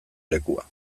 lekua